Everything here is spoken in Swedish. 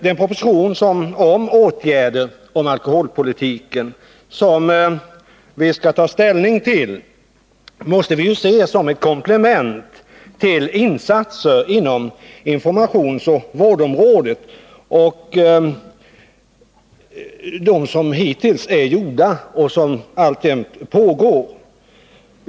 Den proposition om åtgärder inom alkoholpolitiken som vi skall ta ställning till måste vi se som ett komplement till insatser på informationsoch vårdområdet. Det gäller de insatser som hittills gjorts och som alltjämt pågår.